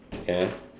ya